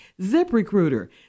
ZipRecruiter